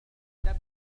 تبدو